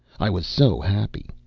i was so happy.